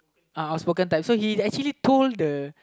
uh outspoken type so he actually told the